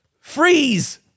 Freeze